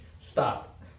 Stop